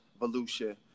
Volusia